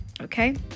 Okay